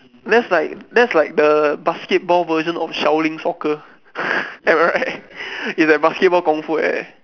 that's like that's like the basketball version of shaolin soccer right is like basketball kungfu like that